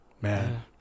man